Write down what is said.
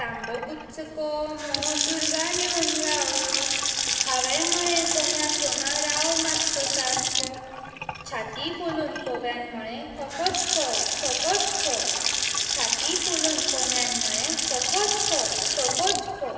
तांबडो कुच्च कोमो दुर्गार येवून रावलो हांवें म्हळें कोम्या कोम्या राव मातसो सारको छाती फुलोवन कोम्यान म्हळें कोकोच को कोकोच को छाती फुलोवन कोम्यान म्हळें कोकोच को कोकोच को